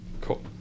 Cool